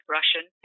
Russian